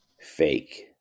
fake